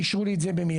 אישרו לי את זה במידי,